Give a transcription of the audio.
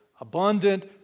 abundant